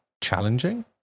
challenging